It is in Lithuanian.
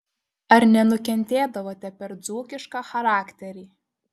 ar nenukentėdavote per dzūkišką charakterį